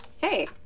Hey